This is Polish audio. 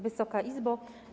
Wysoka Izbo!